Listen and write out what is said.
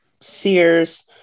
sears